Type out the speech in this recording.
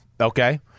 Okay